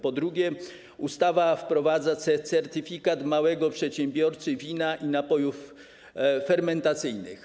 Po drugie, ustawa wprowadza certyfikat małego przedsiębiorcy wina i napojów fermentacyjnych.